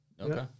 Okay